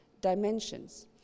dimensions